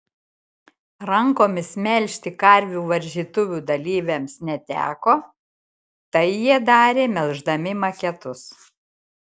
rankomis melžti karvių varžytuvių dalyviams neteko tai jie darė melždami maketus